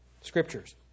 Scriptures